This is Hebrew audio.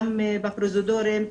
גם בפרוזדורים.